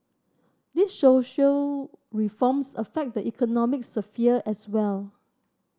these social reforms affect the economic sphere as well